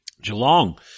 geelong